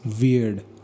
weird